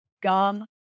Gum